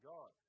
God